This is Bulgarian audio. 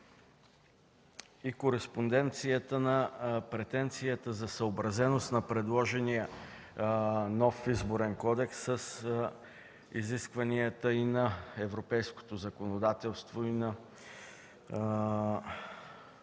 и кореспонденцията на претенцията за съобразеност на предложения нов Изборен кодекс с изискванията и на европейското законодателство, и на